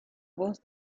voz